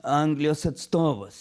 anglijos atstovas